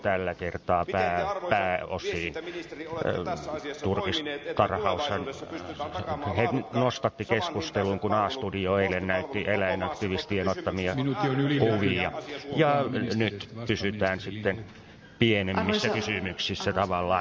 miten te arvoisa viestintäministeri olette tässä asiassa toiminut että tulevaisuudessa pystytään takaamaan laadukkaat samanhintaiset postipalvelut koko maassa koska kysymyksessä on äärettömän tärkeä asia suomessa